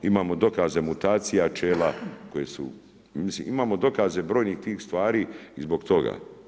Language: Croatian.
Imamo dokaze mutacija pčela koje su, mislim imamo dokaze brojnih tih stvar i zbog toga.